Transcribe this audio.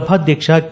ಸಭಾಧ್ಯಕ್ಷ ಕೆ